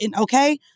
okay